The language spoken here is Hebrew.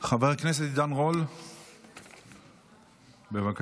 עידן רול, בבקשה.